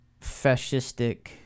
fascistic